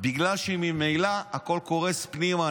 בגלל שממילא הכול קורס פנימה.